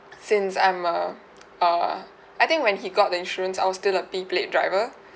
since I'm err err I think when he got the insurance I was still a p plate driver